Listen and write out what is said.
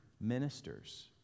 ministers